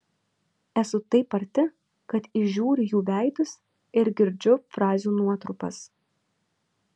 esu taip arti kad įžiūriu jų veidus ir girdžiu frazių nuotrupas